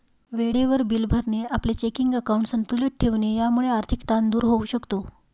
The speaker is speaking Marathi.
वेळेवर बिले भरणे, आपले चेकिंग अकाउंट संतुलित ठेवणे यामुळे आर्थिक ताण दूर होऊ शकतो